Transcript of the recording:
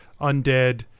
undead